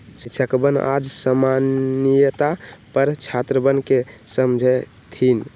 शिक्षकवन आज साम्यता पर छात्रवन के समझय थिन